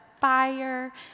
fire